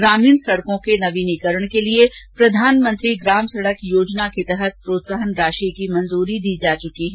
ग्रामीण सड़कों के नवीनीकरण के लिए प्रधानमंत्री ग्रामीण सड़क योजना के तहत प्रोत्साहन राशि स्वीकृति की जा चुकी है